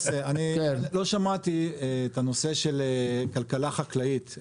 לא שמעתי את הנושא של כלכלה חקלאית,